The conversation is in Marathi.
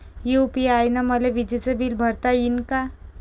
यू.पी.आय न मले विजेचं बिल भरता यीन का?